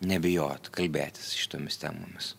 nebijot kalbėtis šitomis temomis